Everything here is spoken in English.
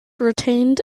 retained